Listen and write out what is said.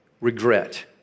regret